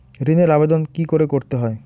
ঋণের আবেদন কি করে করতে হয়?